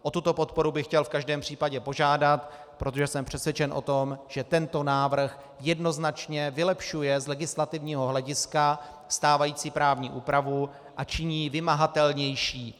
O tuto podporu bych chtěl v každém případě požádat, protože jsem přesvědčen, že tento návrh jednoznačně vylepšuje z legislativního hlediska stávající právní úpravu a činí ji vymahatelnější.